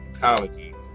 colleges